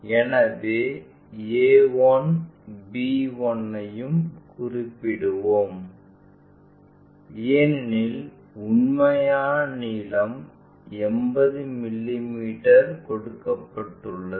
எனவே a1 b1 ஐயும் குறிப்பிடுவோம் ஏனெனில் உண்மையான நீளம் 80 மிமீ கொடுக்கப்பட்டுள்ளது